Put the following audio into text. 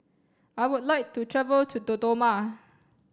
I would like to travel to Dodoma